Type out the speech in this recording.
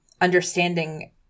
understanding